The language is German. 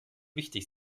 wichtig